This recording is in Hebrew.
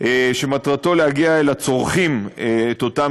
שמטרתו להגיע אל הצורכים את אותם